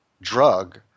drug